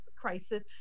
crisis